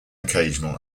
occasional